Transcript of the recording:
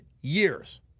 years